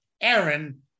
Aaron